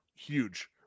Huge